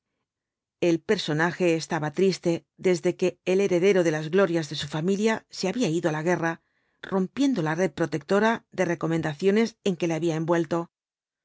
el personaje estaba triste desde que el heredero de las glorias de su familia se había ido á la guerra rompiendo la red protectora de recomendaciones en que le había envuelto